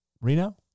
Reno